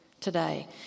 today